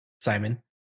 Simon